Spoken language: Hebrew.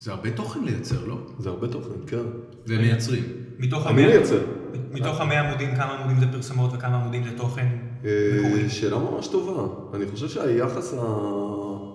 זה הרבה תוכן לייצר, לא? זה הרבה תוכן, כן. זה מייצרים? מי מייצר? מתוך המאה עמודים כמה עמודים זה פרסמות וכמה עמודים זה תוכן? שאלה ממש טובה. אני חושב שהיחס ה...